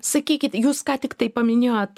sakykit jūs ką tiktai paminėjot